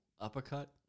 Uppercut